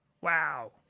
Wow